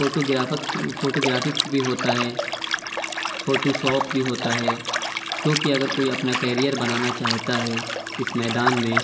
photo graphics photo graphics بھی ہوتا ہے فوٹو شاپ بھی ہوتا ہے کیوں کہ اگر کوئی اپنا کیریئر بنانا چاہتا ہے اِس میدان میں